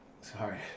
sorry